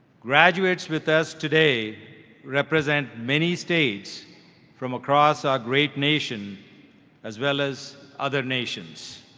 graduates with us today represent many states from across our great nation as well as other nations.